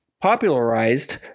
popularized